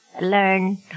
learn